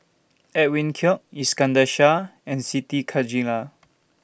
Edwin Koek Iskandar Shah and Siti Khalijah